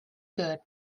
good